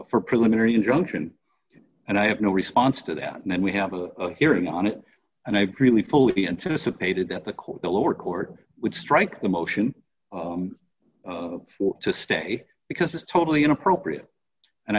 for preliminary injunction and i have no response to that and then we have a hearing on it and i really fully anticipated that the court the lower court would strike the motion for to stay because this is totally inappropriate and